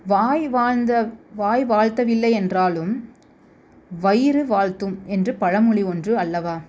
வாய் வாழ்ந்த வாய் வாழ்த்த வில்லை என்றாலும் வயிறு வாழ்த்தும் என்று பழமொழி ஒன்று அல்லவா